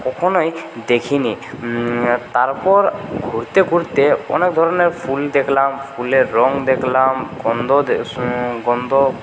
কখনোই দেখিনি তারপর ঘুরতে ঘুরতে অনেক ধরনের ফুল দেখলাম ফুলের রং দেখলাম গন্ধ গন্ধ